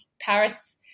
Paris